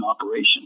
operation